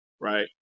right